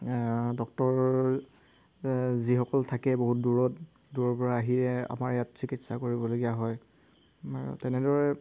doctor যিসকল থাকে বহুত দূৰত দূৰৰপৰা আহিয়ে আমাৰ ইয়াত চিকিৎসা কৰিবলগীয়া হয় তেনেদৰে